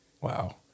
Wow